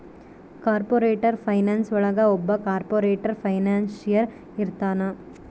corporate finance ಒಳಗ ಒಬ್ಬ corporator financier ಇರ್ತಾನ